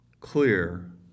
clear